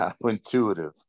intuitive